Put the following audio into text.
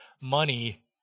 money